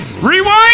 Rewind